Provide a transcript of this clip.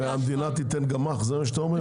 שהמדינה תיתן גמ"ח, זה מה שאתה אומר?